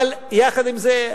אבל יחד עם זה,